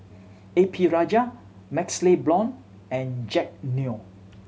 A P Rajah MaxLe Blond and Jack Neo